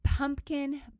Pumpkin